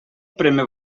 prémer